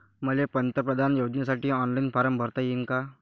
मले पंतप्रधान योजनेसाठी ऑनलाईन फारम भरता येईन का?